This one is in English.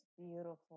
Beautiful